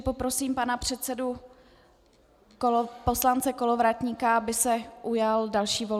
Poprosím pana předsedu poslance Kolovratníka, aby se ujal další volby.